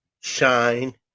shine